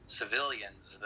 civilians